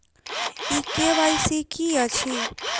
ई KYC की अछि?